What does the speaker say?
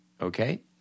Okay